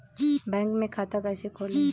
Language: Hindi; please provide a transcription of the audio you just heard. बैंक में खाता कैसे खोलें?